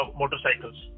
motorcycles